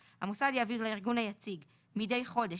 (ב)(3) המוסד יעביר לארגון היציג מדי חודש